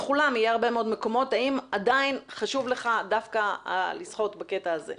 האם עדיין חשוב לך דווקא לשחות בקטע הזה.